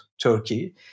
Turkey